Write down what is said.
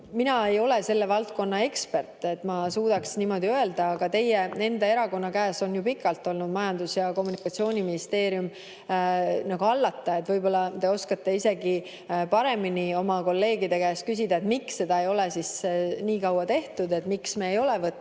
Mina ei ole selle valdkonna ekspert, et ma suudaks niimoodi öelda, aga teie enda erakonna käes on pikalt olnud Majandus‑ ja Kommunikatsiooniministeerium hallata, nii et võib-olla te saate isegi paremini oma kolleegide käest küsida, miks seda ei ole siis nii kaua tehtud, miks me ei ole võtnud